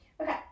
Okay